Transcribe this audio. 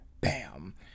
Bam